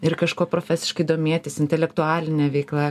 ir kažkuo profesiškai domėtis intelektualinė veikla